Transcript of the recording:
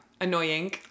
Annoying